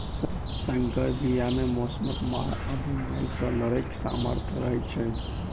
सँकर बीया मे मौसमक मार आ बेमारी सँ लड़ैक सामर्थ रहै छै